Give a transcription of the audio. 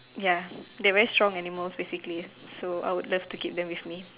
ya they are very strong animal basically so I would love to keep them with me